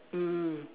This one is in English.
mm